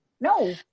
no